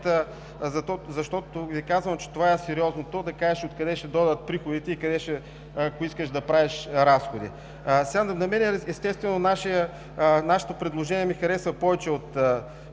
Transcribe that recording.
защото, казвам, че това е сериозното – да кажеш откъде ще дойдат приходите, ако искаш да правиш разходи. Естествено, нашето предложение ми харесва повече от